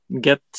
get